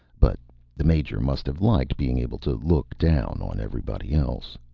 but the major must have liked being able to look down on everybody else.